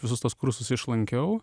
visus tuos kursus išlankiau